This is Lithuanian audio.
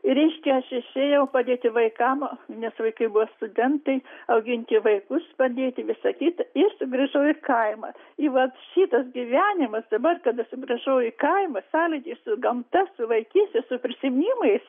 reiškia aš išėjau padėti vaikam nes vaikai buvo studentai auginti vaikus padėti visa kita ir sugrįžau į kaimą ir vat šitas gyvenimas tai vat kada sugrįžau į kaimą sąlytis su gamta su vaikyste su prisiminimais